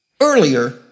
Earlier